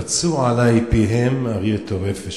פצו עלי פיהם אריה טורף ושואג.